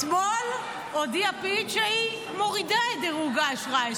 אתמול הודיעה פיץ' שהיא מורידה את דירוג האשראי,